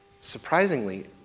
surprisingly